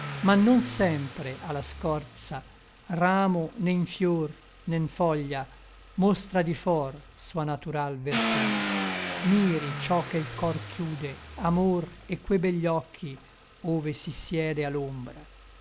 ma non sempre a la scorza ramo né in fior né n foglia mostra di for sua natural vertude miri ciò che l cor chiude amor et que begli occhi ove si siede